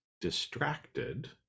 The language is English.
distracted